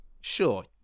Sure